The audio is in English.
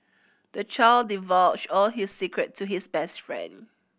the child divulged all his secret to his best friend